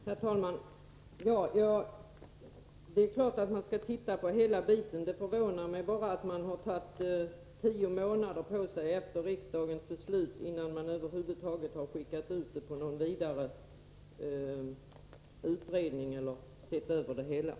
Herr talman! Det är klart att man skall titta på hela biten. Det förvånar mig bara att man har tagit tio månader på sig efter riksdagens beslut, innan man över huvud taget har sett över det hela eller skickat ut ärendet på någon vidare utredning.